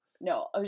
No